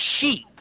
sheep